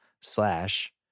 slash